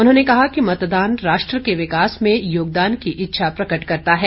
उन्होंने कहा कि मतदान राष्ट्र के विकास में योगदान की इच्छा प्रकट करता है